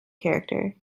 character